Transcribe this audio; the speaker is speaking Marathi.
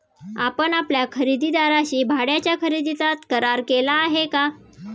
आपण आपल्या खरेदीदाराशी भाड्याच्या खरेदीचा करार केला आहे का?